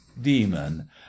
demon